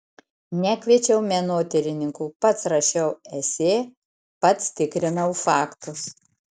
nekviečiau menotyrininkų pats rašiau esė pats tikrinau faktus